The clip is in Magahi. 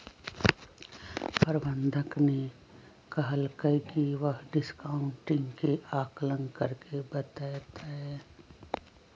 प्रबंधक ने कहल कई की वह डिस्काउंटिंग के आंकलन करके बतय तय